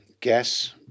gas